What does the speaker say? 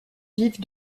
vivent